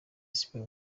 siporo